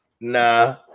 Nah